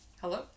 Hello